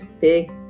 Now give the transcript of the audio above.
big